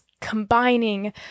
combining